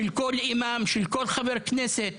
של כל חבר כנסת,